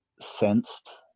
sensed